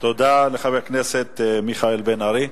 תודה לחבר הכנסת מיכאל בן-ארי.